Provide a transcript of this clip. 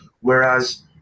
Whereas